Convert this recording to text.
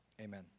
Amen